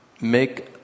Make